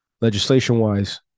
legislation-wise